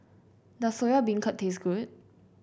does Soya Beancurd taste good